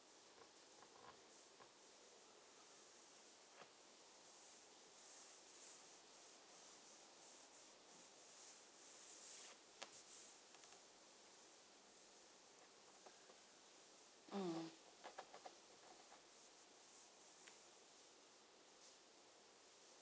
mm